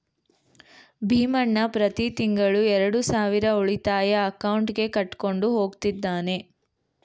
ಭೀಮಣ್ಣ ಪ್ರತಿ ತಿಂಗಳು ಎರಡು ಸಾವಿರ ಉಳಿತಾಯ ಅಕೌಂಟ್ಗೆ ಕಟ್ಕೊಂಡು ಹೋಗ್ತಿದ್ದಾನೆ